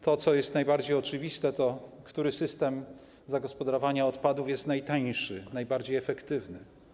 To, co jest najbardziej oczywiste, to to, który system zagospodarowania odpadów jest najtańszy, najbardziej efektywny.